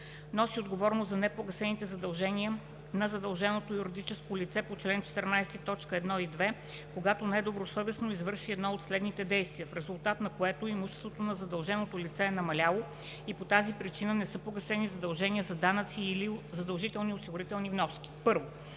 носи отговорност за непогасените задължения на задължено юридическо лице по чл. 14, т. 1 и 2, когато недобросъвестно извърши едно от следните действия, в резултат на което имуществото на задълженото лице е намаляло и по тази причина не са погасени задължения за данъци и/или задължителни осигурителни вноски: 1.